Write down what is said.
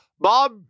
Bob